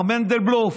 מר מנדלבלוף,